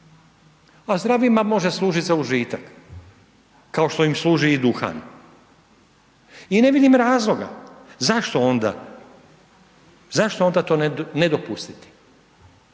a zdravima može služiti za užitak, kao što im služi i duhan. I ne vidim razloga zašto onda, zašto onda to ne dopustiti.